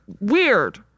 weird